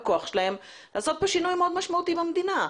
בכוח שלהם לעשות פה שינוי מאוד משמעותי במדינה.